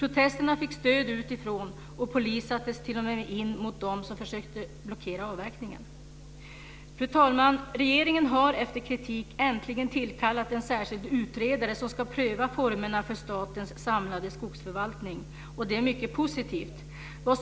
Protesterna fick stöd utifrån, och polis sattes in mot dem som försökte blockera avverkningen. Fru talman! Regeringen har efter kritik äntligen tillkallat en särskild utredare som ska pröva formerna för statens samlade skogsförvaltning. Det är mycket positivt.